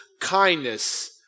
kindness